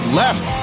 left